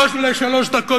לא לשלוש דקות,